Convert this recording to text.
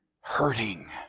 hurting